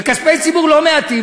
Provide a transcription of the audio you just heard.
וכספי ציבור לא מעטים,